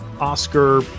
Oscar